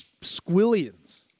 squillions